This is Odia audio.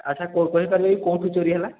ଆଚ୍ଛା କହିପାରିବେ କେଉଁଠୁ ଚୋରି ହେଲା